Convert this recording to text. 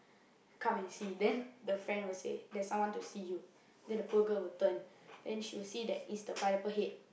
come and see then the friend will say there's someone to see you then the poor girl will turn then she'll see that is the Pineapple Head